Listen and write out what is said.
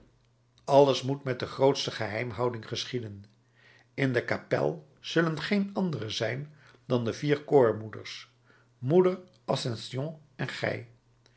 alles moet met de grootste geheimhouding geschieden in de kapel zullen geen anderen zijn dan de vier koormoeders moeder ascension en gij